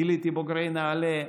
גיליתי בוגרי נעל"ה,